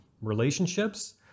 relationships